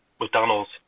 McDonald's